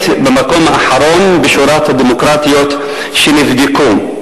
במקום האחרון בשורת הדמוקרטיות שנבדקו,